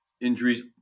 injuries